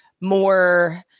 more